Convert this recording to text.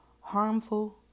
harmful